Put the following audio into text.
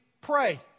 pray